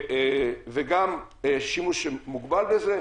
גם שימוש מוגבל בזה,